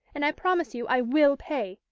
and i promise you i will pay,